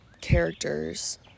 characters